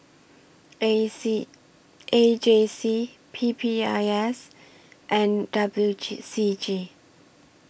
A C A J C P P I S and W G C G